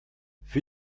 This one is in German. für